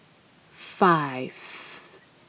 five